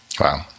Wow